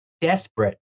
desperate